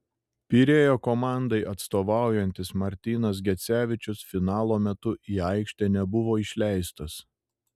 pirėjo komandai atstovaujantis martynas gecevičius finalo metu į aikštę nebuvo išleistas